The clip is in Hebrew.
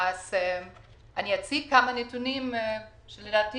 אציג כמה נתונים שלדעתי